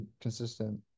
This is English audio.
consistent